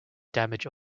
damage